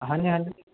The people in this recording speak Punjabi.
ਹਾਂਜੀ ਹਾਂਜੀ